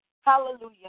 Hallelujah